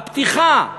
הפתיחה,